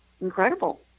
incredible